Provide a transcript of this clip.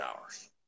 hours